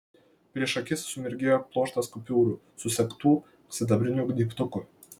prieš akis sumirgėjo pluoštas kupiūrų susegtų sidabriniu gnybtuku